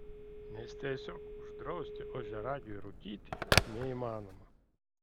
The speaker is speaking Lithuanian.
nes tiesiog uždrausti ožiaragiui rūkyti neįmanoma